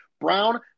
Brown